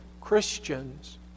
Christians